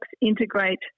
integrate